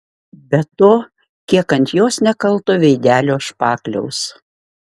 be to kiek ant jos nekalto veidelio špakliaus